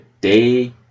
day